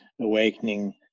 awakening